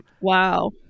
wow